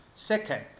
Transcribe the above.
Second